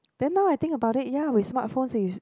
then now I think about it ya with smart phones is